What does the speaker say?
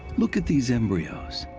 look at these embryos.